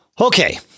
Okay